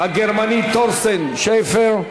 הגרמני, ת'ורסטן שפר.